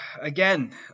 Again